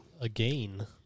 Again